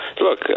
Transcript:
Look